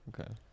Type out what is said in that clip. Okay